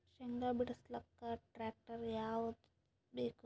ಶೇಂಗಾ ಬಿಡಸಲಕ್ಕ ಟ್ಟ್ರ್ಯಾಕ್ಟರ್ ಯಾವದ ಬೇಕು?